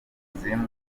byuzuyemo